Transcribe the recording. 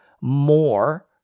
more